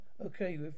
Okay